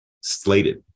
slated